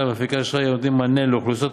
ואפיקי אשראי הנותנים מענה לאוכלוסיות